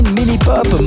Minipop